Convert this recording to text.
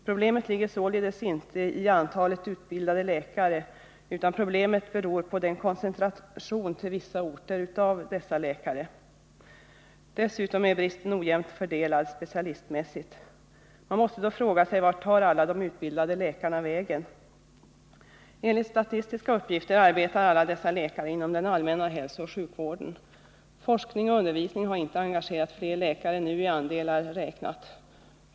Problemet ligger således inte i antalet utbildade läkare, utan det beror på den koncentration till vissa orter som föreligger när det gäller dessa läkare. Dessutom är bristen ojämnt fördelad specialistmässigt. Man måste då fråga sig: Vart tar alla de utbildade läkarna vägen? Enligt statistiska uppgifter arbetar alla dessa läkare inom den allmänna hälsooch sjukvården. Forskning och undervisning engagerar inte flera läkare nu, i andelar räknat.